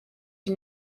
die